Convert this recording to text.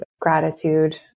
gratitude